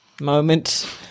moment